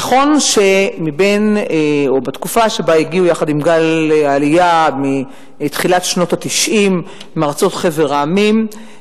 נכון שבתקופה שבה הגיעו עם גל העלייה מתחילת שנות ה-90 מחבר המדינות,